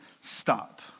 Stop